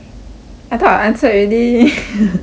I thought I answered already